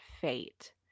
fate